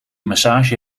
massage